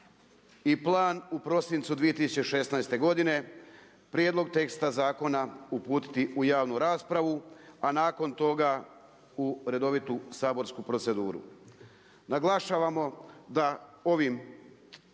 i plan u prosincu 2016. godine prijedlog teksta zakona uputiti u javnu raspravu, a nakon toga u redovitu saborsku proceduru. Naglašavamo da ovaj